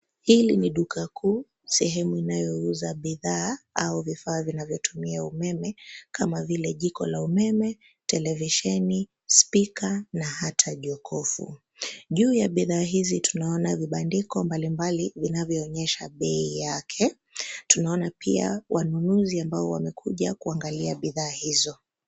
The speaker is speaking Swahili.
Hili ni duka kuu sehemu inayouza bidhaa au vifaa vinavyo tumia umeme kama vile jiko la umeme, televisheni spika na hata jokofu. Juu ya bidhaa hizi tuanona vibandiko mbali mbali vinvyo onyesha bei yake, Tunaona pia wanunuzi ambao wame kuja kuangalia bidhaa hizo.